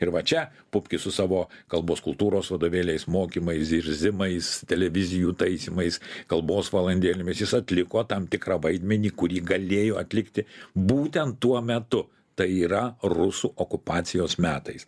ir va čia pupkis su savo kalbos kultūros vadovėliais mokymais zirzimais televizijų taisymais kalbos valandėlėmis jis atliko tam tikrą vaidmenį kurį galėjo atlikti būtent tuo metu tai yra rusų okupacijos metais